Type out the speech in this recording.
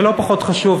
ולא פחות חשוב,